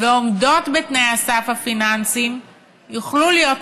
ועומדות בתנאי הסף הפיננסיים יוכלו להיות